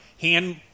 hand